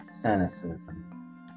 cynicism